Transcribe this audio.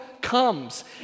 comes